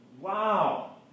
wow